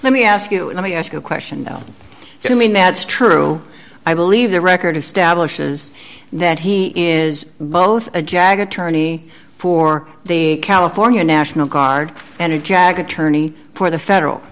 let me ask you let me ask you a question though so i mean that's true i believe the record establishes that he is both a jag attorney for the california national guard and a jag attorney for the federal